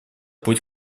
путь